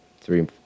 three